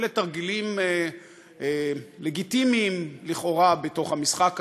אלה תרגילים לגיטימיים לכאורה בתוך המשחק הזה.